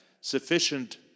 sufficient